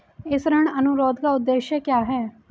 इस ऋण अनुरोध का उद्देश्य क्या है?